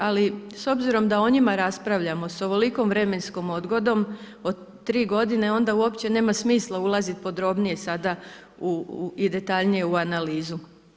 Ali s obzirom da o njima raspravljamo sa ovolikom vremenskom odgodom od 3 godine onda uopće nema smisla ulaziti podrobnije sada i detaljnije u analizu.